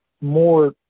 more –